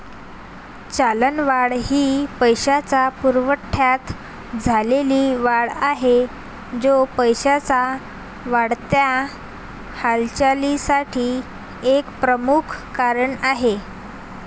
चलनवाढ ही पैशाच्या पुरवठ्यात झालेली वाढ आहे, जो पैशाच्या वाढत्या हालचालीसाठी एक प्रमुख कारण आहे